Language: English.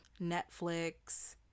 Netflix